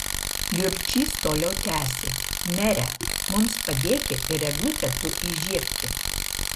jurčys toliau tęsė mere mums padėki ir eglutę tu įžiebki